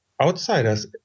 outsiders